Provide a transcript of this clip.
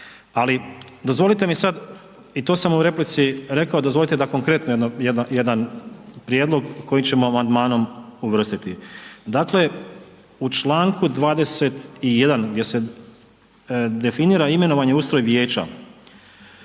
Ali dozvolite mi sad i to sam u replici rekao, dozvolite da konkretan jedan prijedlog koji ćemo amandmanom uvrstiti. Dakle u čl. 21. gdje se definira imenovanje i ustroj vijeća,